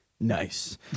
nice